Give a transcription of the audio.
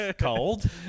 cold